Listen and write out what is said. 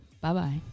Bye-bye